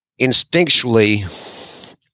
instinctually